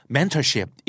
Mentorship